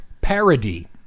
parody